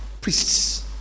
priests